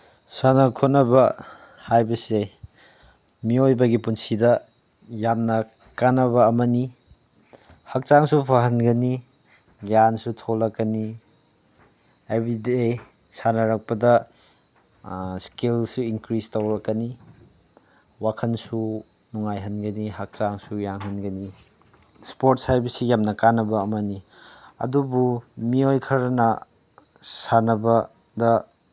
ꯁꯥꯟꯅ ꯈꯣꯠꯅꯕ ꯍꯥꯏꯕꯁꯦ ꯃꯤꯑꯣꯏꯕꯒꯤ ꯄꯨꯟꯁꯤꯗ ꯌꯥꯝꯅ ꯀꯥꯟꯅꯕ ꯑꯃꯅꯤ ꯍꯛꯆꯥꯡꯁꯨ ꯐꯍꯟꯒꯅꯤ ꯒ꯭ꯌꯥꯟꯁꯨ ꯊꯣꯛꯂꯛꯀꯅꯤ ꯍꯥꯏꯕꯗꯤ ꯁꯥꯟꯅꯔꯛꯄꯗ ꯏꯁꯀꯤꯜꯁꯁꯨ ꯏꯟꯀ꯭ꯔꯤꯁ ꯇꯧꯔꯛꯀꯅꯤ ꯋꯥꯈꯟꯁꯨ ꯅꯨꯡꯉꯥꯏꯍꯟꯒꯅꯤ ꯍꯛꯆꯥꯡꯁꯨ ꯌꯥꯡꯍꯟꯒꯅꯤ ꯏꯁꯄꯣꯔꯠꯁ ꯍꯥꯏꯕꯁꯤ ꯌꯥꯝꯅ ꯀꯥꯟꯅꯕ ꯑꯃꯅꯤ ꯑꯗꯨꯕꯨ ꯃꯤꯑꯣꯏ ꯈꯔꯅ ꯁꯥꯟꯅꯕꯗ